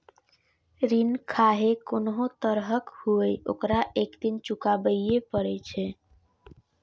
ऋण खाहे कोनो तरहक हुअय, ओकरा एक दिन चुकाबैये पड़ै छै